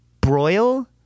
broil